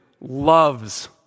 loves